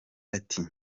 ati